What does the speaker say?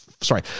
sorry